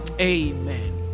Amen